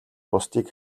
бусдыг